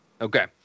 Okay